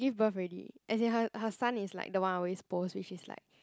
give birth already as in her her son is like the one I always post which is like